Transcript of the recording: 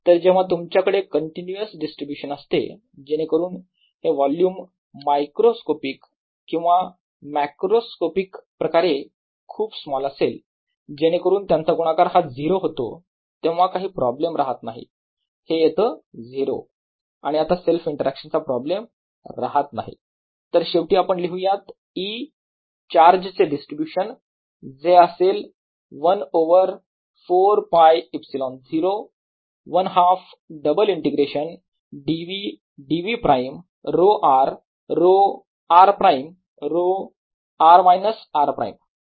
तर जेव्हा तुमच्याकडे कंटिन्यूस डिस्ट्रीब्यूशन असते जेणेकरून हे वोल्युम मायक्रोस्कॉपिक किंवा मॅक्रोस्कॉपिक प्रकारे खूप स्मॉल असेल जेणेकरून त्यांचा गुणाकार हा 0 होतो तेव्हा काही प्रॉब्लेम राहत नाही हे येत 0 आणि आता सेल्फ इंटरॅक्शन चा प्रॉब्लेम राहत नाही तर शेवटी आपण लिहूयात E चार्जे चे डिस्ट्रीब्यूशन जे असेल 1 over 4ㄫε0 1 half double integration d v d v prime ρ r ρ r prime ρ r minus r prime